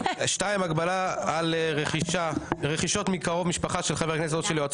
2. הגבלה על רכישות מקרוב משפחה של חבר הכנסת או של יועצו